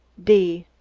d.